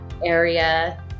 area